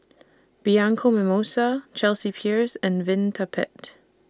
Bianco Mimosa Chelsea Peers and Vitapet